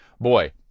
Boy